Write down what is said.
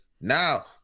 now